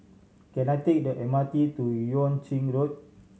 can I take the M R T to Yuan Ching Road